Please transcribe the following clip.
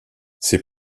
ses